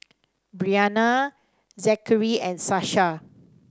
Briana Zackery and Sasha